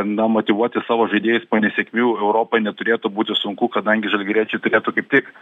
na motyvuoti savo žaidėjus po nesėkmių europoj neturėtų būti sunku kadangi žalgiriečiai turėtų kaip tik